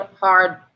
hard